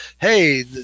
hey